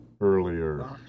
earlier